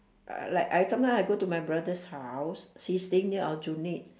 ah like I sometimes I go to my brother's house he's staying near aljunied